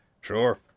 Sure